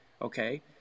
okay